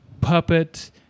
puppet